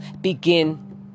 begin